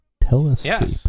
telescope